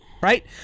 right